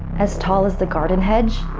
as tall as the garden hedge.